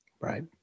Right